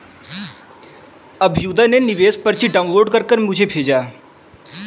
अभ्युदय ने निवेश पर्ची डाउनलोड कर मुझें भेजा